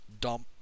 dump